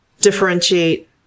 differentiate